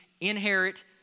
inherit